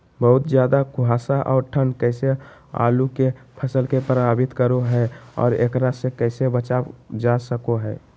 बहुत ज्यादा कुहासा और ठंड कैसे आलु के फसल के प्रभावित करो है और एकरा से कैसे बचल जा सको है?